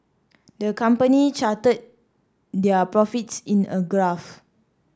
the company charted their profits in a graph